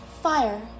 Fire